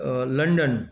London